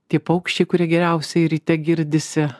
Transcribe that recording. tie paukščiai kurie geriausiai ryte girdisi